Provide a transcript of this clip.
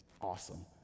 awesome